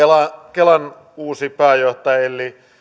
kelan uusi pääjohtaja elli